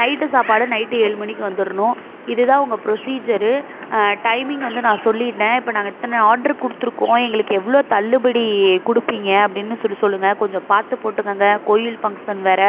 night சாப்பாடு night ஏழு மணிக்கு வந்துடணும் இது தான் உங்கள் ப்ரொசீஜரு டைமிங் வந்து நான் சொல்லிவிட்டேன் இப்போ நாங்கள் இத்தனை ஆர்ட்ரு கொடுத்துருக்கோம் எங்களுக்கு எவ்வளோ தள்ளுபடி கொடுப்பீங்க அப்படின்னு சொல்லி சொல்லுங்க கொஞ்சம் பார்த்து போட்டுக்கங்க கோவில் ஃபங்சன் வேற